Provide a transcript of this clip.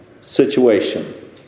situation